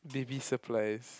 baby supplies